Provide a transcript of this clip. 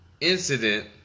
incident